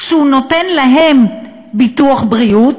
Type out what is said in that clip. שהוא נותן להם ביטוח בריאות,